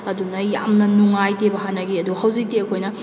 ꯑꯗꯨꯅ ꯌꯥꯝꯅ ꯅꯨꯡꯉꯥꯏꯇꯦꯕ ꯍꯥꯟꯅꯒꯤ ꯑꯗꯣ ꯍꯧꯖꯤꯛꯇꯤ ꯑꯩꯈꯣꯏꯅ